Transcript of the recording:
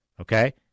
Okay